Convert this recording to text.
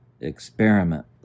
experiment